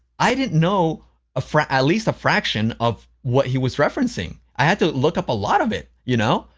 i didn't know a fract at least a fraction of what he was referencing. i had to look up a lot of it, you know?